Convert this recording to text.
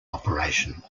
operation